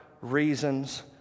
reasons